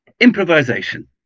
improvisation